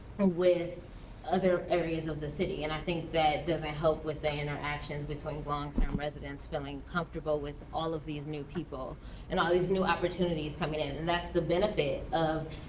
with other areas of the city. and i think that doesn't help with interaction between long term residents feeling comfortable with all of these new people and all these new opportunities coming in. and that's the benefit of,